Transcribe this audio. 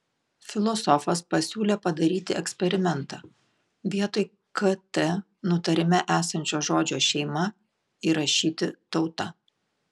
filosofas pasiūlė padaryti eksperimentą vietoj kt nutarime esančio žodžio šeima įrašyti tauta